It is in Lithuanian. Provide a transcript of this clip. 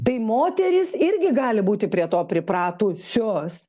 tai moterys irgi gali būti prie to pripratusios